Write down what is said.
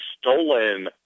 stolen